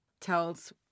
tells